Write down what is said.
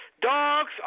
Dogs